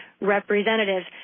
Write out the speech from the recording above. representatives